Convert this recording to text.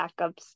backups